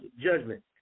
judgment